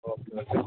okay okay